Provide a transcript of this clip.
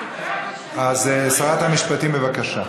בבקשה.